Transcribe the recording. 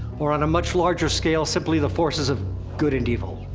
or on a much larger scale, simply the forces of good and evil.